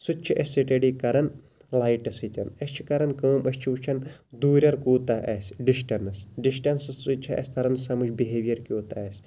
سُہ تہِ چھِ أسۍ سٹیڈی کَران لایٹہِ سۭتۍ أسۍ چھِ کَران کٲم أسۍ چھِ وٕچھان دوٗرٮ۪ر کوٗتاہ آسہِ ڈِشٹنس ڈِشٹنسہِ سۭتۍ چھُ اَسہِ تَران سمجھ بِہیویر کیُتھ آسہِ